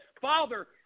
Father